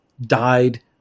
died